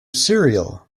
cereal